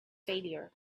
failure